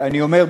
אני אומר,